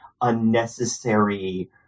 unnecessary